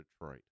Detroit